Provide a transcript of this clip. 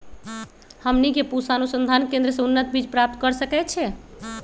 हमनी के पूसा अनुसंधान केंद्र से उन्नत बीज प्राप्त कर सकैछे?